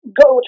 go